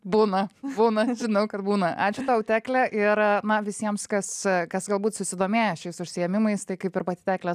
būna būna žinau kad būna ačiū tau tekle ir na visiems kas kas galbūt susidomėjo šiais užsiėmimais tai kaip ir pati tekle